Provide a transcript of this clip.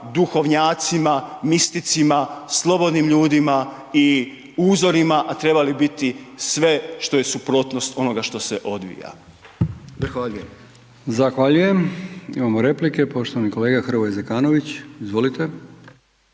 duhovnjacima, misticima, slobodnim ljudima i uzorima a trebali bi biti sve što je suprotnost onoga što se odvija. Zahvaljujem.